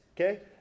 Okay